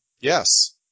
Yes